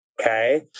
Okay